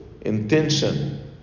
intention